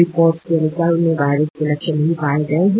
report के अनुसार उनमें वायरस के लक्षण नहीं पाये गए हैं